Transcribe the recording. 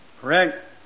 Correct